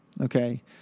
okay